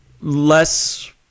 less